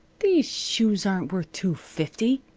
these shoes aren't worth two-fifty,